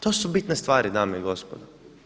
To su bitne stvari dame i gospodo.